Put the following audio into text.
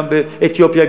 גם באתיופיה,